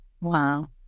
Wow